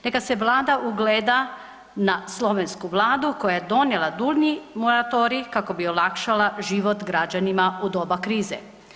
Neka se Vlada ugleda na slovensku vladu koja je donijela dulji moratorij kako bi olakšala život građanima u doba krize.